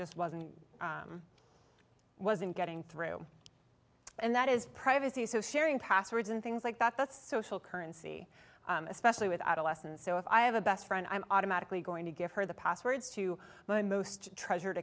just wasn't wasn't getting through and that is privacy so sharing passwords and things like that that's social currency especially with adolescence so if i have a best friend i'm automatically going to give her the passwords to my most treasured